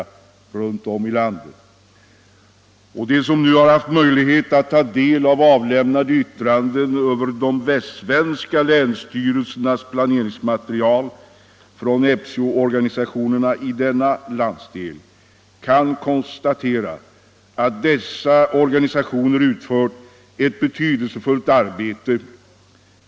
De som nu har haft möjlighet att ta del av yttranden över de västsvenska länsstyrelsernas planeringsmaterial, avlämnade av FCO-organisationerna i denna landsdel, kan konstatera att dessa organisationer utfört ett betydelsefullt arbete.